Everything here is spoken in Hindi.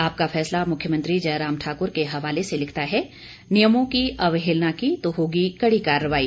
आपका फैसला जयराम ठाकुर के हवाले से लिखता है नियमों की अवहेलना की तो होगी कड़ी कार्रवाई